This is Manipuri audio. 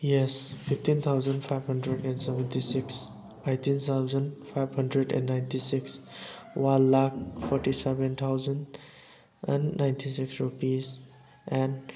yes fifteen thousand five hundred and seventy six eighteen thousand five hundred and ninety six one lakh forty seven thousand and ninety six rupees and